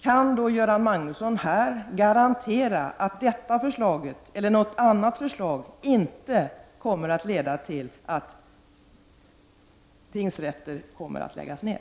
Kan Göran Magnusson här garantera att detta förslag, eller något annat förslag, inte kommer att leda till att tingsrätter kommer att läggas ned?